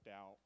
out